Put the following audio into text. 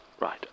Right